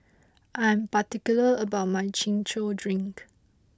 I am particular about my Chin Chow Drink